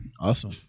Awesome